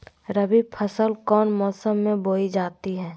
रबी फसल कौन मौसम में बोई जाती है?